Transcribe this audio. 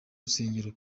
rusengero